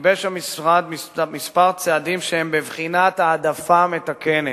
גיבש המשרד כמה צעדים שהם בבחינת העדפה מתקנת.